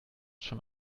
schon